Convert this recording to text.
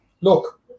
look